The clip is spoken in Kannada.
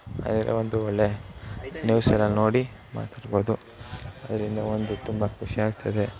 ಹಾಗಿದ್ದರೆ ಒಂದು ಒಳ್ಳೆ ನ್ಯೂಸ್ ಎಲ್ಲ ನೋಡಿ ಮಾತಾಡ್ಬೋದು ಅದರಿಂದ ಒಂದು ತುಂಬ ಖುಷಿ ಆಗ್ತದೆ